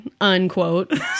unquote